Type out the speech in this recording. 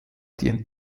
die